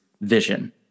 vision